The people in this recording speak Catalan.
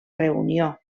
reunió